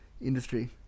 industry